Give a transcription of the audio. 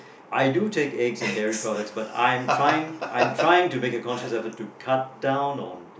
I do take eggs and dairy products but I'm trying I'm trying to make a conscious of it to cut down